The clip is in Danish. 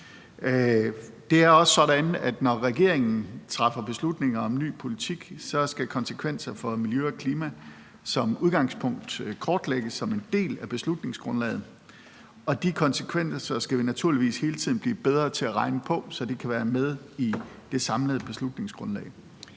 Det er også sådan, at når regeringen træffer beslutninger om ny politik, skal konsekvenserne for miljø og klima som udgangspunkt kortlægges som en del af beslutningsgrundlaget, og de konsekvenser skal vi naturligvis hele tiden blive bedre til at regne på, så de kan være med i det samlede beslutningsgrundlag.